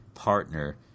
partner